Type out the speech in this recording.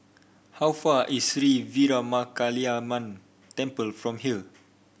how far is Sri Veeramakaliamman Temple from here